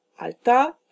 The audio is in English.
Alta